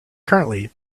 currently